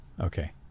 Okay